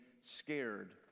scared